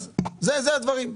אז אלה הדברים.